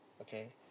Okay